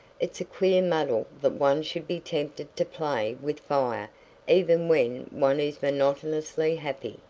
it's a queer muddle that one should be tempted to play with fire even when one is monotonously happy.